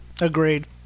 Agreed